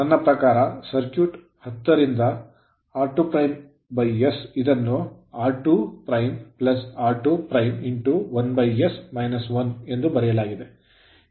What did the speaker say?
ನನ್ನ ಪ್ರಕಾರ ಸರ್ಕ್ಯೂಟ್ 10 ರಿಂದ r2s ಇದನ್ನು r2 r21s 1 ಎಂದು ಬರೆಯಲಾಗಿದೆ